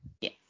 Yes